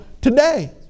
today